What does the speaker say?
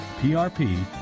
PRP